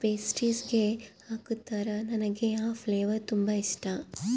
ಪ್ಯಾಸ್ಟ್ರಿಸ್ಗೆ ಹಾಕುತ್ತಾರ, ನನಗೆ ಆ ಫ್ಲೇವರ್ ತುಂಬಾ ಇಷ್ಟಾ